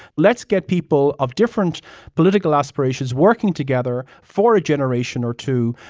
let's get people of different political aspirations working together for a generation or two,